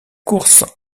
course